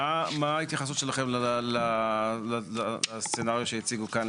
מה ההתייחסות שלכם לתרחיש שהציגו כאן,